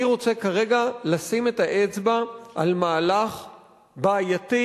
אני רוצה כרגע לשים את האצבע על מהלך בעייתי,